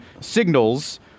signals